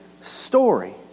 story